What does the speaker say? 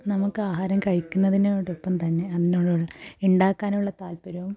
നമുക്ക് ആഹാരം കഴിക്കുന്നതിനോടൊപ്പം തന്നെ ഉണ്ടാക്കാനുള്ള താല്പര്യവും